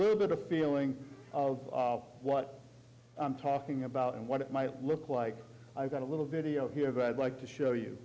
little bit of a feeling of what i'm talking about and what it might look like i've got a little video here that i'd like to show you